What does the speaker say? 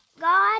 God